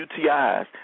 UTIs